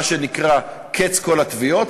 מה שנקרא: קץ כל התביעות,